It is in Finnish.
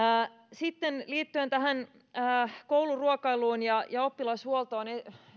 sitten liittyen erityisesti kouluruokailuun ja ja oppilashuoltoon